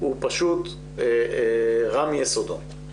הוא פשוט רע מיסודו.